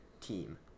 team